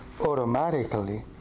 automatically